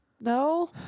No